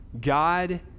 God